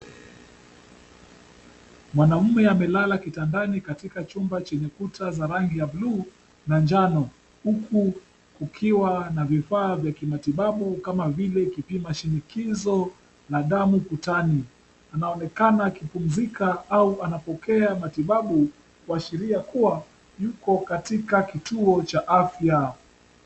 Mwanaume amelala kitandani katika chumba chenye kuta za rangi ya buluu na njano, huku akiwa na vifaa vya kimatibabu kama vile kipima shinikizo la damu ukutani. Anaonekana akipumzika au anapokea matibabu, kuashiria kuwa yuko katika kituo cha afya.